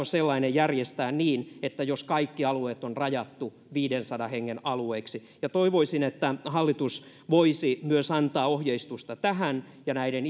sellainen järjestää niin että kaikki alueet on rajattu viidensadan hengen alueiksi toivoisin että hallitus voisi myös antaa ohjeistusta tähän ja näiden